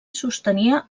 sostenia